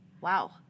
Wow